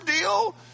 deal